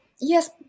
Yes